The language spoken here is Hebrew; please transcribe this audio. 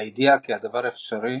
והידיעה כי הדבר אפשרי